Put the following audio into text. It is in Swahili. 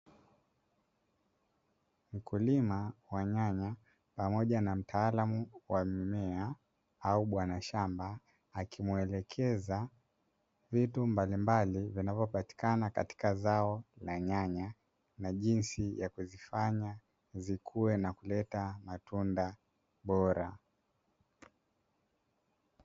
Mkulima wa nyanya, pamoja na mtaalamu wa mimea au bwana shamba , akimwelekeza vitu mbalimbali vinavyopatikana katika zao la nyanya na jinsi ya kuzifanya zikue na kuleta matunda bora.